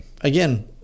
again